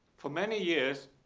for many years,